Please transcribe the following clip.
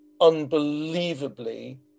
unbelievably